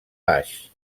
baix